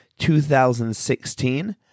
2016